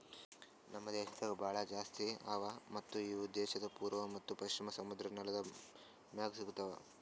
ನಮ್ ದೇಶದಾಗ್ ಭಾಳ ಜಾಸ್ತಿ ಅವಾ ಮತ್ತ ಇವು ದೇಶದ್ ಪೂರ್ವ ಮತ್ತ ಪಶ್ಚಿಮ ಸಮುದ್ರದ್ ನೆಲದ್ ಮ್ಯಾಗ್ ಸಿಗತಾವ್